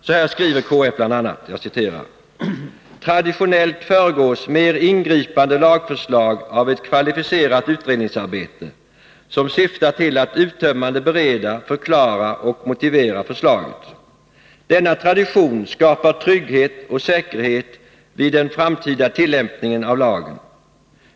Så här skriver KF bl.a.: ”Traditionellt föregås mer ingripande lagförslag av ett kvalificerat utredningsarbete, som syftar till att uttömmande bereda, förklara och motivera förslaget. Denna tradition skapar trygghet och säkerhet vid den framtida tillämpningen av lagen.